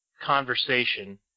conversation